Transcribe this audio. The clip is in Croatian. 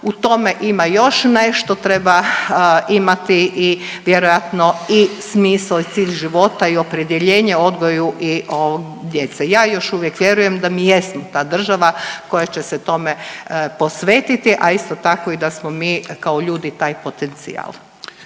U tome ima još nešto, treba imati i vjerojatno i smisao i cilj života i opredjeljenje o odgoju i o djece. Ja još uvijek vjerujem da mi jesmo ta država koja će se tome posvetiti, a isto tako i da smo mi kao ljudi taj potencijal.